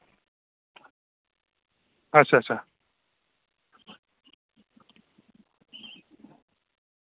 अच्छा अच्छा